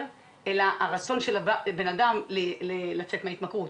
אלא הרצון של הבן אדם לצאת מההתמכרות.